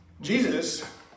Jesus